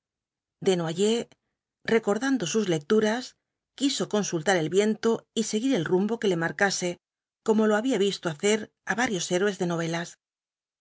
desnoyers recordando sus lecturas quiso consultar el viento y seguir el rumbo que le marcase como lo había visto hacer á varios héroes de novelas pero